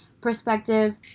perspective